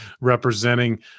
representing